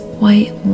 white